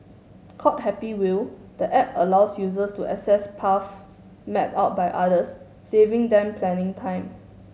called Happy Wheel the app allows users to access paths map out by others saving them planning time